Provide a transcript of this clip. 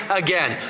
again